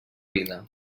vida